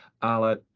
ale